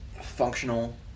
functional